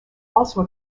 also